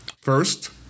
First